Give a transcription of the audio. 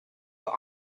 but